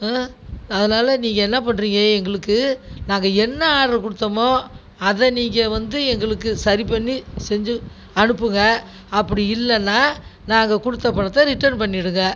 அதனால் நீங்கள் என்ன பண்ணுறீங்க எங்களுக்கு நாங்கள் என்ன ஆர்டர் கொடுத்தோம்மோ அதை நீங்கள் வந்து எங்களுக்கு சரி பண்ணி செஞ்சு அனுப்புங்கள் அப்படி இல்லைனா நாங்கள் கொடுத்த பணத்தை ரிட்டன் பண்ணிடுங்கள்